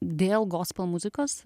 dėl gospel muzikos